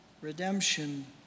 redemption